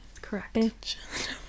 Correct